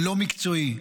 לא מקצועי,